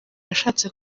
yashatse